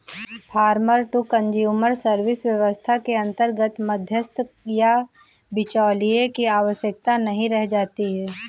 farmer to consumer service व्यवस्था के अंतर्गत मध्यस्थ या बिचौलिए की आवश्यकता नहीं रह जाती है